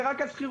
וזה רק השכירות.